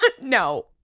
No